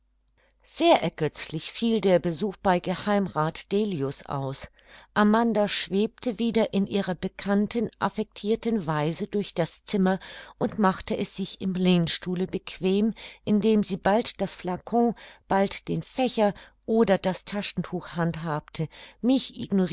sehr ergötzlich fiel der besuch bei geh rath delius aus amanda schwebte wieder in ihrer bekannten affectirten weise durch das zimmer und machte es sich im lehnstuhle bequem indem sie bald das flacon bald den fächer oder das taschentuch handhabte mich